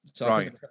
Right